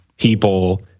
people